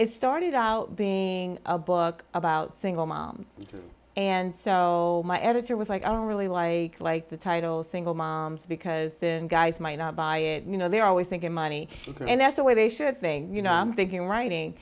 it started out being a book about single mom and so my editor was like i don't really like like the title single mom because guys might not buy it you know they're always thinking money and that's the way they should think you know i'm thinking writing